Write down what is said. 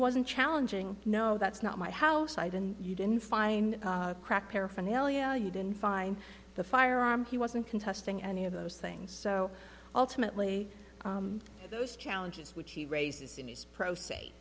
wasn't challenging no that's not my house i didn't you didn't find a crack paraphernalia you didn't find the firearm he wasn't contesting any of those things so ultimately those challenges which he raises in his pro s